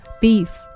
beef